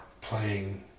playing